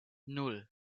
nan